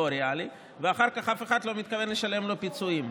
ריאלי ואחר כך אף אחד לא מתכוון לשלם לו פיצויים,